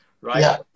right